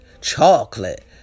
Chocolate